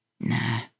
Nah